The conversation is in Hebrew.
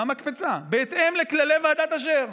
מהמקפצה: בהתאם לכללי ועדת אשר.